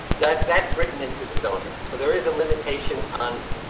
that that's written into the zoning, so there is a limitation on.